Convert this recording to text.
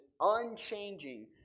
unchanging